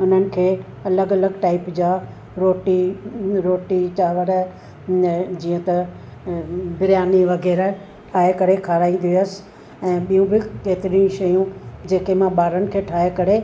हुननि खे अलॻि अलॻ टाइप जा रोटी रोटी चांवर जीअं त बिरयानी वग़ैरह ठाहे करे खाराईंदी हुयसि ऐं ॿियूं बि केतिरियूं शयूं जेके मां ॿारनि खे ठाहे करे